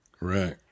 Right